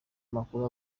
makuru